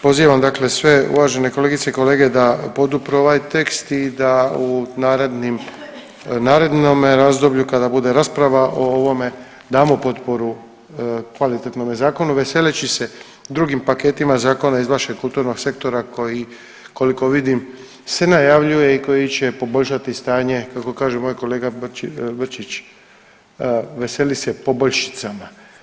Pozivam dakle sve uvažene kolegice i kolege da podupru ovaj tekst i da u narednome razdoblju kada bude rasprava o ovome damo potporu kvalitetnome zakonu veseleći se drugim paketima zakona iz vašeg kulturnog sektora koji koliko vidim se najavljuje i koji će poboljšati stanje kako kaže moj kolega Brčić veseli se poboljšicama.